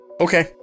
Okay